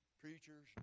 preachers